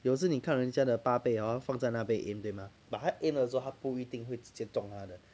有时你看人家的八倍 hor 他放在那边 aim 对吗 but 他 aim 的时候他不一定会直接中他的